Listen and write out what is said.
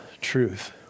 truth